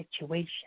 situation